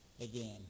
again